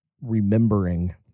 remembering